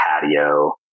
patio